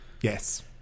yes